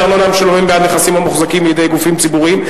הארנונה המשולמים בעד נכסים המוחזקים בידי גופים ציבוריים,